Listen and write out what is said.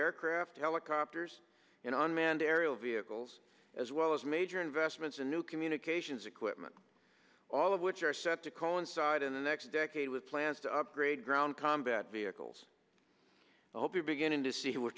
aircraft helicopters in unmanned aerial vehicles as well as major investments in new communications equipment all of which are set to coincide in the next decade with plans to upgrade ground combat vehicles i hope you're beginning to see w